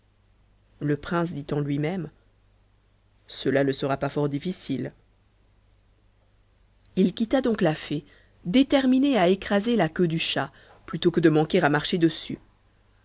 le prince dit en lui-même cela ne sera pas fort difficile il quitta donc la fée déterminé à écraser la queue du chat plutôt que de manquer à marcher dessus